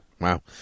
Wow